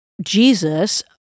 Jesus